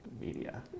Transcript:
media